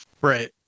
right